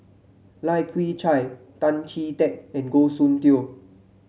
Lai Kew Chai Tan Chee Teck and Goh Soon Tioe